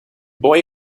boy